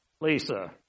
Lisa